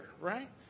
right